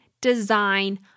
design